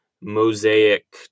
Mosaic